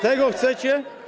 Tego chcecie?